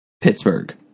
Pittsburgh